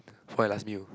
for your last meal